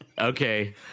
Okay